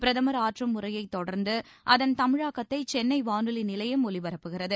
பிரதுர் ஆற்றும் உரையை தொடர்ந்து அதன் தமிழாக்கத்தை சென்னை வானொலி நிலையம் ஒலிபரப்புகிறது